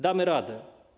Damy radę.